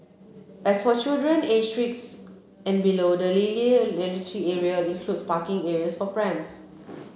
as for children aged six and below the early literacy area includes parking areas for prams